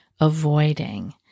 avoiding